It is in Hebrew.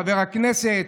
חבר הכנסת,